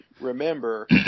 remember